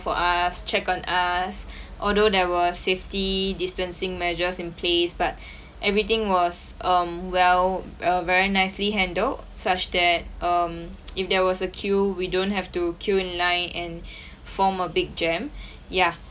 for us check on us although there were safety distancing measures in place but everything was um well uh very nicely handled such that um if there was a queue we don't have to queue in line and form a big jam ya